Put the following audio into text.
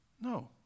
No